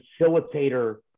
facilitator